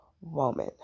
woman